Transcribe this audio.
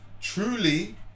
Truly